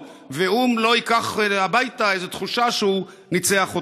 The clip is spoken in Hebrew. ואם הוא לא ייקח הביתה איזו תחושה שהוא ניצח אותנו.